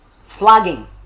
flogging